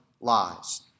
lies